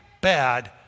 bad